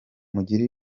mugire